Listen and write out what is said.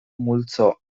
multzo